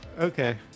Okay